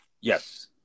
Yes